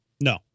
No